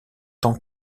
tant